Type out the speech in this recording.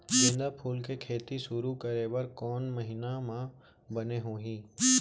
गेंदा फूल के खेती शुरू करे बर कौन महीना मा बने होही?